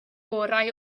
gorau